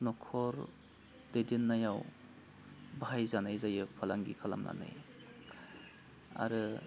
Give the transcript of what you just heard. न'खर दैदेन्नायाव बाहायजानाय जायो फालांगि खालामनानै आरो